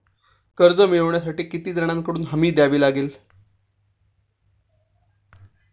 कर्ज मिळवण्यासाठी किती जणांकडून हमी द्यावी लागते?